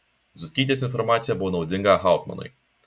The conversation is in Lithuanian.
zutkytės informacija buvo naudinga hauptmanui